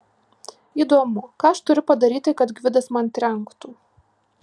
įdomu ką aš turiu padaryti kad gvidas man trenktų